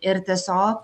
ir tiesiog